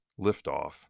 liftoff